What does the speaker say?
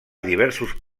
diversos